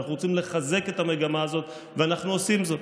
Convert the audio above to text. אנחנו רוצים לחזק את המגמה הזאת ואנחנו עושים זאת.